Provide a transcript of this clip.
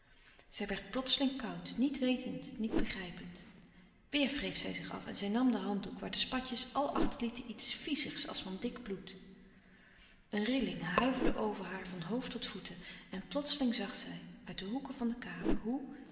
zij werd plotseling koud niet wetend niet begrijpend weêr wreef zij zich af en zij nam den handdoek waar de spatjes al achterlieten iets viezigs als van dik bloed een rilling huiverde over haar van hoofd tot voeten en plotseling zag zij uit de hoeken van de badkamer hoe